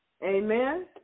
Amen